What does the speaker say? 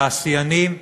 עם התעשיינים,